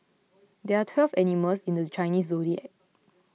there are twelve animals in the Chinese zodiac